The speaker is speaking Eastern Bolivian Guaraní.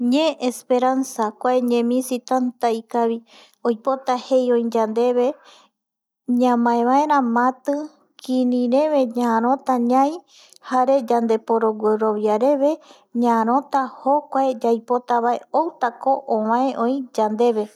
Ñe esperanza kua ñe misi tanta ikavi oipota jei öi yandeve ñamae vaera matɨ kiri reve ñarota ñai jare yande porovia reve ñaröta jokuae yaipotavae outako ovae öi yandeve